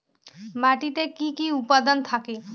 মাটিতে কি কি উপাদান থাকে?